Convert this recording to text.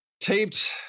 taped